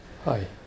Hi